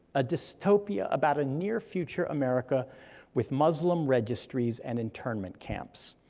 a dystopia about a near future america with muslim registries and internment camps.